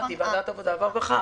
צריך את ועדת העבודה והרווחה.